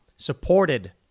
Supported